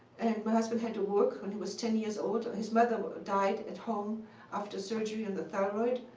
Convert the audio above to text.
my husband had to work when he was ten years old. his mother died at home after surgery on the thyroid.